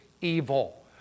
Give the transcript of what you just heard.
evil